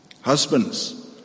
Husbands